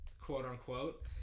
quote-unquote